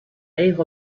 each